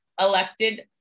elected